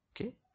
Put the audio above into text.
Okay